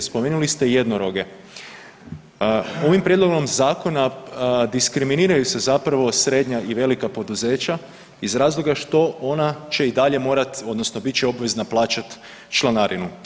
Spominjali ste jednoroge, ovim prijedlogom zakona diskriminiraju se zapravo srednja i velika poduzeća iz razloga što ona će i dalje morati odnosno bit će obvezna plaćat članarinu.